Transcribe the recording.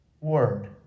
word